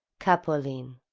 capolin,